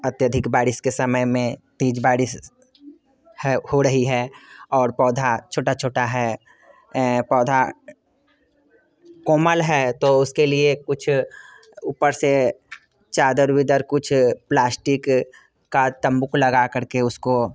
अत्यधिक बारिश के समय में तेज बारिश है हो रही है और पौधा छोटा छोटा है पौधा कोमल है तो उसके लिए कुछ ऊपर से चादर उदर कुछ प्लास्टिक का तम्बुक लगा करके उसको